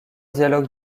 dialogues